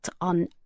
on